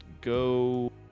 go